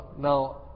Now